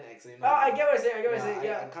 ah I get what you're saying I get what you're saying ya